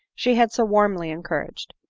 she had so warmly encouraged.